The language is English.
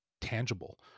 tangible